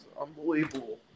Unbelievable